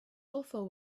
awful